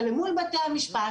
ולמול בתי המשפט,